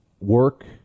work